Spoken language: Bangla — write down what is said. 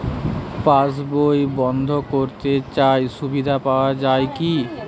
পাশ বই বন্দ করতে চাই সুবিধা পাওয়া যায় কি?